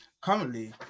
currently